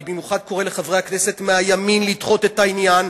אני במיוחד קורא לחברי הכנסת מהימין לדחות את העניין.